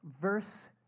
verse